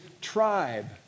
tribe